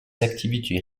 activités